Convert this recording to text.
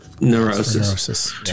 Neurosis